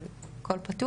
אבל הכול פתוח,